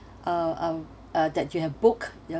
uh uh uh that you have book